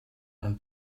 earn